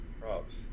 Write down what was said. props